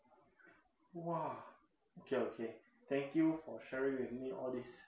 !wah! okay okay thank you for sharing me all this